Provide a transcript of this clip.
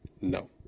No